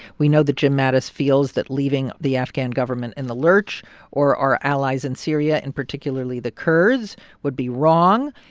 we know that jim mattis feels that leaving the afghan government in the lurch or our allies in syria in particularly, the kurds would be wrong.